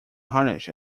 harnish